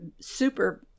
super